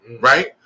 right